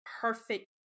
perfect